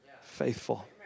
Faithful